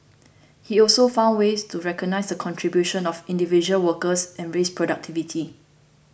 he also found ways to recognise the contributions of individual workers and raise productivity